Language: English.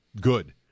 good